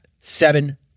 seven